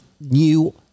new